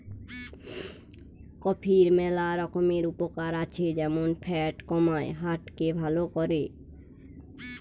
কফির ম্যালা রকমের উপকার আছে যেমন ফ্যাট কমায়, হার্ট কে ভাল করে